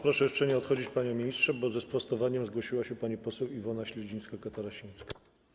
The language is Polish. Proszę jeszcze nie odchodzić, panie ministrze, bo ze sprostowaniem zgłosiła się pani poseł Iwona Śledzińska-Katarasińska.